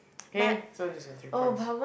K so this your three points